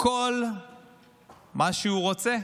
כל מה שהוא רוצה,